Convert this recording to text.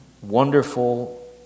wonderful